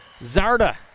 Zarda